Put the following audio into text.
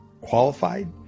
qualified